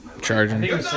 charging